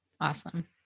awesome